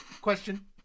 Question